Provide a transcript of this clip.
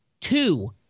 two